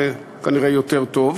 זה כנראה יותר טוב.